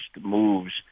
moves